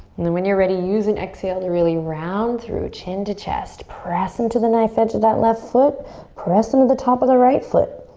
and then when you're ready, use an exhale to really round through, chin to chest. press into the knife edge of that left foot. press into the top of the right foot.